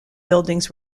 buildings